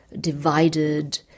divided